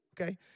okay